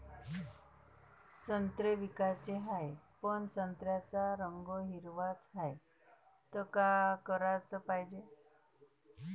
संत्रे विकाचे हाये, पन संत्र्याचा रंग हिरवाच हाये, त का कराच पायजे?